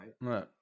Right